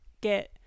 get